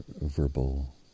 verbal